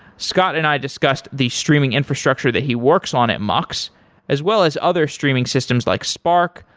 scott and i discussed the streaming infrastructure that he works on at mux as well as other streaming systems like spark,